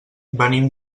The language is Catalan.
venim